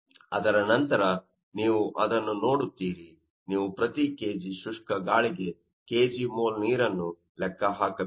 ಅದರ ನಂತರ ನೀವು ಅದನ್ನು ನೋಡುತ್ತೀರಿ ನೀವು ಪ್ರತಿ kg ಶುಷ್ಕ ಗಾಳಿಗೆ kg ಮೋಲ್ ನೀರನ್ನು ಲೆಕ್ಕ ಹಾಕಬೇಕು